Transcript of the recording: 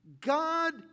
God